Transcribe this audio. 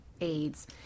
AIDS